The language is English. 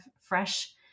fresh